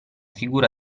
figura